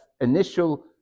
initial